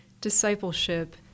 discipleship